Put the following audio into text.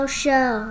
show